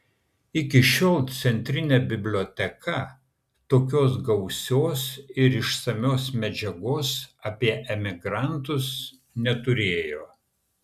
iki šiol centrinė biblioteka tokios gausios ir išsamios medžiagos apie emigrantus neturėjo